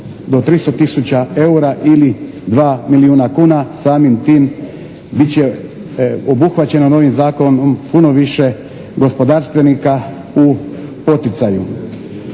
do 300 000 eura ili 2 milijuna kuna. Samim tim bit će obuhvaćena novim zakonom puno više gospodarstvenika u poticanju.